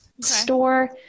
store